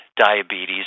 diabetes